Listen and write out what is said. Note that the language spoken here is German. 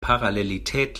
parallelität